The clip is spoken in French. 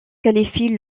qualifie